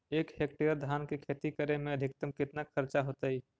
एक हेक्टेयर धान के खेती करे में अधिकतम केतना खर्चा होतइ?